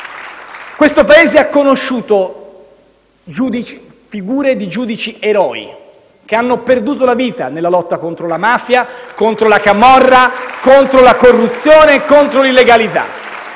Questo Paese ha conosciuto figure di giudici eroi che hanno perduto la vita nella lotta contro la mafia, contro la camorra, contro la corruzione e contro l'illegalità.